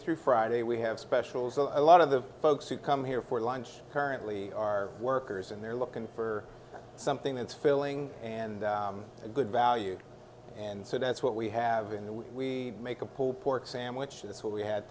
through friday we have specials so a lot of the folks who come here for lunch currently are workers and they're looking for something that's filling and a good value and so that's what we have in the we may a pulled pork sandwich that's what we had